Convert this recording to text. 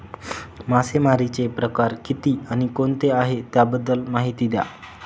मासेमारी चे प्रकार किती आणि कोणते आहे त्याबद्दल महिती द्या?